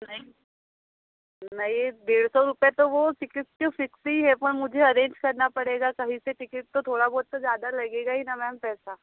नहीं नहीं डेढ़ सौ रुपये तो वो टिकेट्स के फ़िक्स ही है पर मुझे अरेंज करना पड़ेगा कहीं से टिकेट तो थोड़ा बहुत तो ज़्यादा लगेगा ही न मैम पैसा